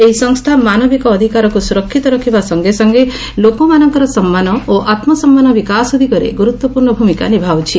ଏହି ସଂସ୍ଥା ମାନବିକ ଅଧିକାରକୁ ସୁରକ୍ଷିତ ରଖିବା ସଙ୍ଗେ ସଙ୍ଗେ ଲୋକମାନଙ୍କର ସମ୍ମାନ ଓ ଆତ୍ମସମ୍ମାନ ବିକାଶ ଦିଗରେ ଗୁରୁତ୍ୱପୂର୍୍ଣ ଭୂମିକା ନିଭାଉଛି